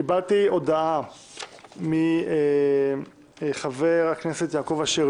קיבלתי הודעה מחבר הכנסת יעקב אשר,